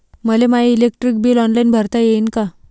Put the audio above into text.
मले माय electric bill online भरता येईन का?